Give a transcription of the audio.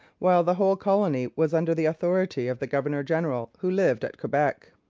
while the whole colony was under the authority of the governor-general, who lived at quebec.